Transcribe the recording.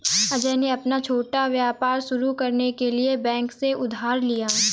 अजय ने अपना छोटा व्यापार शुरू करने के लिए बैंक से उधार लिया